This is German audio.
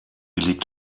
liegt